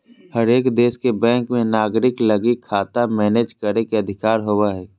हरेक देश के बैंक मे नागरिक लगी खाता मैनेज करे के अधिकार होवो हय